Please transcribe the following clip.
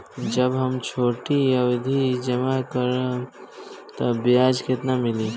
जब हम छोटी अवधि जमा करम त ब्याज केतना मिली?